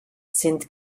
sind